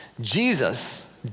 Jesus